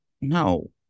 No